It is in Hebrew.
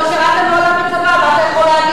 כי לא שירתָ מעולם בצבא, מה אתה יכול להגיד?